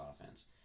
offense